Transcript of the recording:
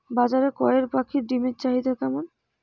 বাজারে কয়ের পাখীর ডিমের চাহিদা কেমন?